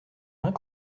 reins